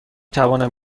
توانم